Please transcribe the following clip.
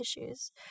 issues